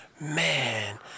man